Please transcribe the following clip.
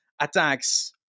attacks